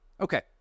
Okay